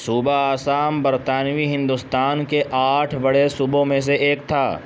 صوبہ آسام برطانوی ہندوستان کے آٹھ بڑے صوبوں میں سے ایک تھا